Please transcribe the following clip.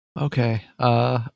Okay